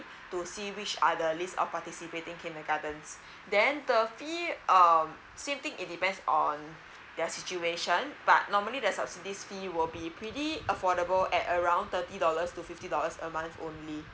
to see which are the list of participating kindergartens then the fee um same thing it depends on their situation but normally there's a subsidies fee will be pretty affordable at around thirty dollars to fifty dollars a month only